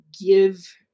give